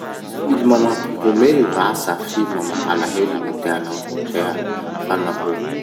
Film mampihomehy va sa film mampalahelo gny tianao hentea? Fa nahoa?